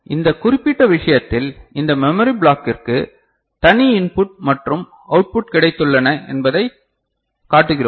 இந்த குறிப்பிட்ட விஷயத்தில் இந்த மெமரி பிளாக்கிற்கு தனி இன்புட் மற்றும் அவுட்புட் கிடைத்துள்ளன என்பதைக் காட்டுகிறோம்